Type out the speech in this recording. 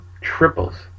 Triples